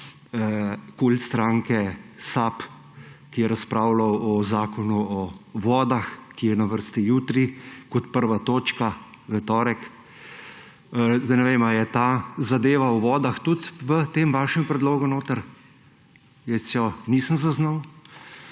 KUL, stranke SAB, ki je razpravljal o Zakonu o vodah, ki je na vrsti jutri kot prva točka, v torek. Ne vem, ali je ta zadeva o vodah tudi v tem vašem predlogu notri? Jaz je nisem zaznal.